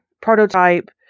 prototype